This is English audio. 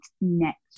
next